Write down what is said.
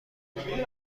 منوی